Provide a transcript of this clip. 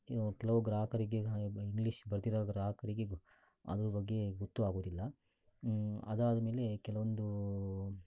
ಏನು ಕೆಲವು ಗ್ರಾಹಕರಿಗೆ ಇಂಗ್ಲೀಷ್ ಬರದಿರೋ ಗ್ರಾಹಕರಿಗೆ ಅದ್ರ ಬಗ್ಗೆ ಗೊತ್ತೂ ಆಗೋದಿಲ್ಲ ಅದಾದಮೇಲೆ ಕೆಲವೊಂದು